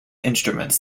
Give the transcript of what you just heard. instruments